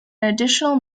additional